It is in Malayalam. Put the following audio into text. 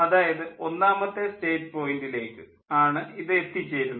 അതായത് ഒന്നാമത്തെ സ്റ്റേറ്റ് പോയിൻ്റിലേക്ക് ആണ് ഇത് എത്തിച്ചേരുന്നത്